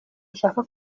nshaka